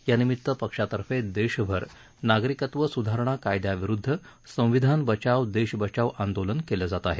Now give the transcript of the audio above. यानिमित पक्षातर्फे देशभर नागरिकत्व स्धारणा कायद्याविरुद्ध संविधान बचाव देश बचाव आंदोलन केलं जात आहे